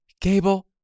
Gable